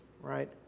right